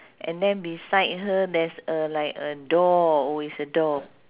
and then beside her there's a like a door oh it's a door